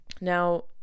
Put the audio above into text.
now